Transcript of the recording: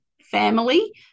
family